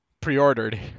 pre-ordered